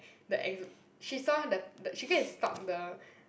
the ex~ she saw the the she go and stalk the